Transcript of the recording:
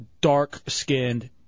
dark-skinned